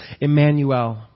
Emmanuel